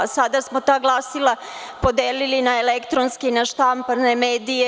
Sada smo ta glasila podelili na elektronske i na štampane medije.